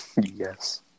Yes